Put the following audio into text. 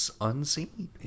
unseen